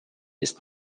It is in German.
ist